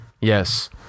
yes